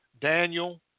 Daniel